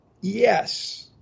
Yes